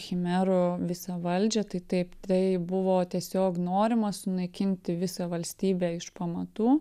chimerų visą valdžią tai taip tai buvo tiesiog norima sunaikinti visą valstybę iš pamatų